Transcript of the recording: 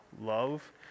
love